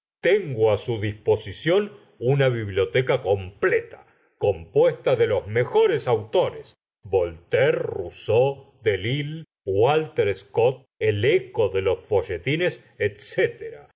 tengo á su disposición una biblioteca completa compuesta de los mejores autores voltaire rousseau delille walter scott el eco de los folletines